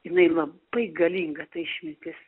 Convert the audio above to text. jinai labai galinga ta išmintis